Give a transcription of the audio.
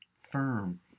firm